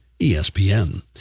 ESPN